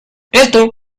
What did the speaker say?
esto